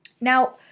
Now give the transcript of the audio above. Now